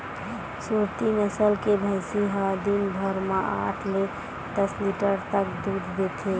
सुरती नसल के भइसी ह दिन भर म आठ ले दस लीटर तक दूद देथे